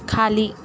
खाली